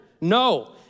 No